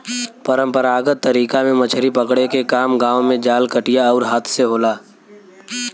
परंपरागत तरीका में मछरी पकड़े के काम गांव में जाल, कटिया आउर हाथ से होला